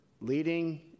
leading